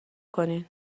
کنین